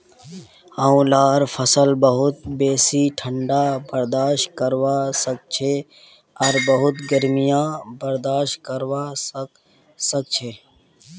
आंवलार फसल बहुत बेसी ठंडा बर्दाश्त करवा सखछे आर बहुत गर्मीयों बर्दाश्त करवा सखछे